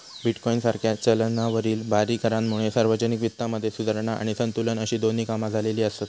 bitcoin सारख्या चलनावरील भारी करांमुळे सार्वजनिक वित्तामध्ये सुधारणा आणि संतुलन अशी दोन्ही कामा झालेली आसत